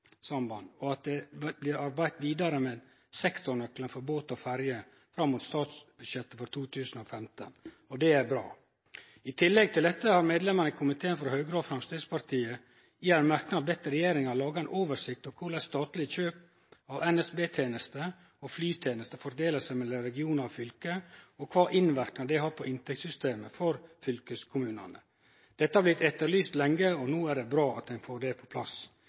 Det blir arbeidd vidare med sektornøkkelen for båt og ferje fram mot statsbudsjettet for 2015. Det er bra. I tillegg til dette har medlemene frå Høgre og Framstegspartiet i komiteen i ein merknad bedt regjeringa lage ein oversikt over korleis statleg kjøp av NSB-tenester og flytenester fordeler seg mellom regionar og fylke, og kva innverknad det har for inntektssystemet til fylkeskommunane. Dette har blitt etterlyst lenge, og det er bra at ein no får det på plass.